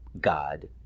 God